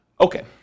Okay